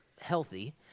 healthy